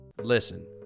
Listen